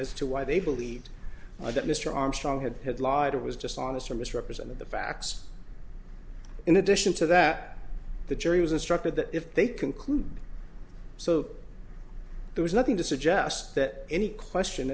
as to why they believed that mr armstrong had had lied or was just honest or misrepresented the facts in addition to that the jury was instructed that if they concluded so there was nothing to suggest that any question